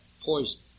Poison